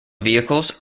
vehicles